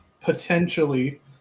potentially